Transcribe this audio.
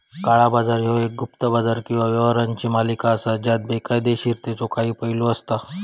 काळा बाजार ह्यो एक गुप्त बाजार किंवा व्यवहारांची मालिका असा ज्यात बेकायदोशीरतेचो काही पैलू असता